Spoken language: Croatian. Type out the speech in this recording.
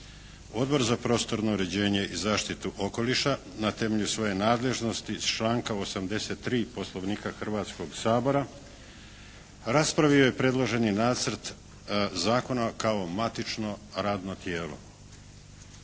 Odbor za prostorno uređenje i zaštitu okoliša na temelju svoje nadležnosti iz članka 83. Poslovnika Hrvatskog sabora raspravio je predloženi nacrt zakona kao matično radno tijelo.